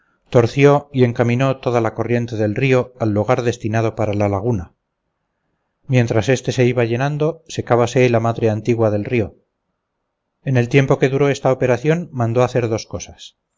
torció y encaminó toda la corriente del río al lugar destinado para la laguna mientras éste se iba llenando secábase la madre antigua del río en el tiempo que duró esta operación mandó hacer dos cosas